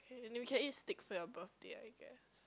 you can eat steak for your birthday I guess